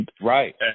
right